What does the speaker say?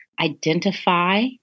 identify